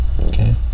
Okay